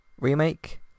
remake